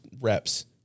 reps